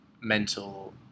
mental